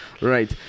right